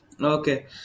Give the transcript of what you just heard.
Okay